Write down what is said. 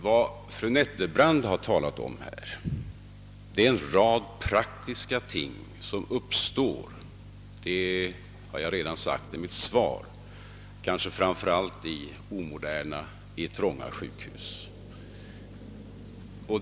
Vad fru Nettelbrandt har talat om är en rad praktiska problem som uppstår — det har jag redan sagt i mitt svar — i fram för allt omoderna och trånga sjukhus.